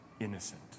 innocent